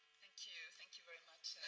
thank you thank you very much,